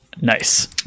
Nice